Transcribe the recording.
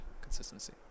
consistency